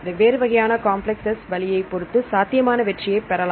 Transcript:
வெவ்வேறு வகையான காம்ப்ளக்ஸ் வழியை பொருத்து சாத்தியமான வெற்றியை பெறலாம்